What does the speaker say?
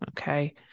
Okay